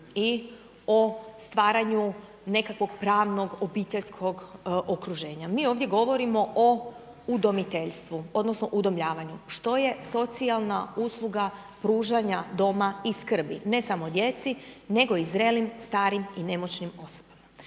i o stvaranju nekakvog pravnog obiteljskog okruženja, mi ovdje govorimo o udomiteljstvu odnosno udomljavanju, što je socijalna usluga pružanja doma i skrbi, ne samo djeci nego i zrelim starim i nemoćnim osobama.